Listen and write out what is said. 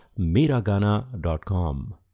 Miragana.com